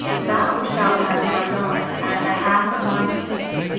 thou shalt have my daughter, and the half of my kingdom,